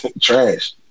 Trash